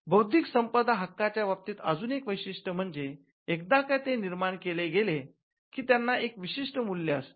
बौद्धिक संपदा हक्काच्या बाबतीत अजून एक वैशिष्ट्य म्हणजे एकदा का ते निर्माण केले गेले की त्यांना एक विशिष्ट मूल्य असते